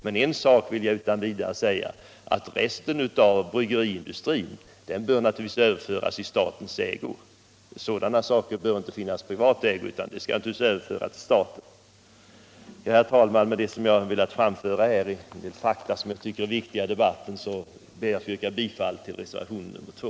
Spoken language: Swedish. Men en sak vill jag utan vidare deklarera, nämligen att resten av bryggeriindustrin bör överföras i statens ägo. Sådana saker bör inte finnas i privat ägo; de skall överföras till staten. Herr talman! Jar har ansett det viktigt att få framföra dessa fakta i debatten och slutar nu med att yrka bifall till reservationen 2.